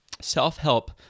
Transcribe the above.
Self-help